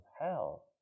hell